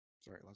Sorry